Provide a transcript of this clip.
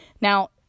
Now